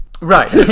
Right